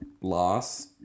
loss